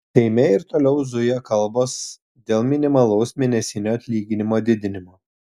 seime ir toliau zuja kalbos dėl minimalaus mėnesinio atlyginimo didinimo